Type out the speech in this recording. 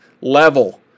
level